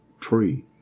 tree